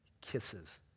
kisses